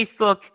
Facebook